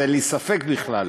בזה אין לי ספק בכלל.